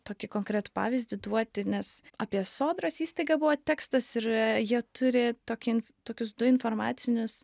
tokį konkretų pavyzdį duoti nes apie sodros įstaigą buvo tekstas ir jie turi tokį tokius du informacinius